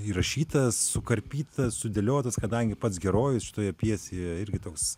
įrašytas sukarpytas sudėliotas kadangi pats herojus šitoje pjesėje irgi toks